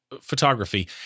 photography